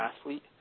athlete